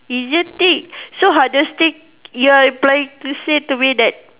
easier thing so hardest thing you are implying to say to me that